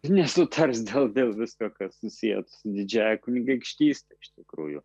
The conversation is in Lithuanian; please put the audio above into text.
nesutars dėl dėl viskokas susiję su su didžiąja kunigaikštyste iš tikrųjų